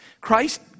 Christ